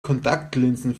kontaktlinsen